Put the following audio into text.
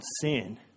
sin